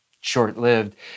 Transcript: short-lived